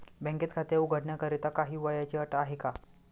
बँकेत खाते उघडण्याकरिता काही वयाची अट आहे का?